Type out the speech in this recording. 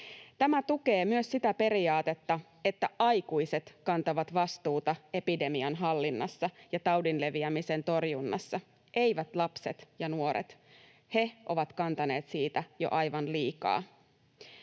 Tämä tukee myös sitä periaatetta, että aikuiset kantavat vastuuta epidemian hallinnassa ja taudin leviämisen torjunnassa, eivät lapset ja nuoret — he ovat kantaneet sitä jo aivan liikaa.